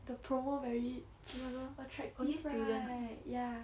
the promo very attractive right ya